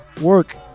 Work